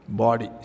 body